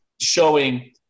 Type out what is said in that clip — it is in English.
showing